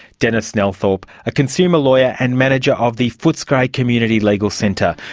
denis nelthorpe, a consumer lawyer and manager of the footscray community legal centre,